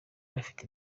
bafite